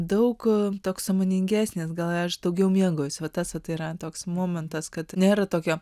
daug toks sąmoningesnis gal daugiau miego va yra toks momentas kad nėra tokio